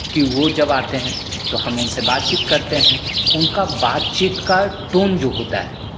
कि वो जब आते हैं तो हम उनसे बातचीत करते हैं उनका बातचीत का टोन जो होता है